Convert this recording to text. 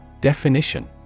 Definition